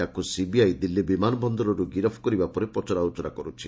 ତାକୁ ସିବିଆଇ ଦିଲ୍ଲୀ ବିମାନ ବନ୍ଦରରୁ ଗିରଫ କରିବା ପରେ ପଚରା ଉଚରା କରୁଛି